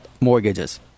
mortgages